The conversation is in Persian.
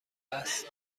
است